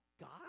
God